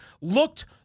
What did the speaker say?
looked